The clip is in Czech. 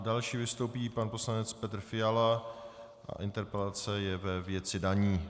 Další vystoupí pan poslanec Petr Fiala a interpelace je ve věci daní.